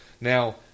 Now